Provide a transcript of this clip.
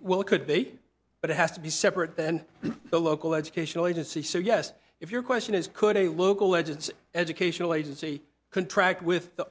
well it could be but it has to be separate then the local educational agency so yes if your question is could a local legends educational agency contract with the